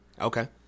okay